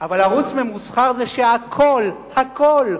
אבל ערוץ ממוסחר זה שהכול, הכול,